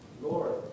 Lord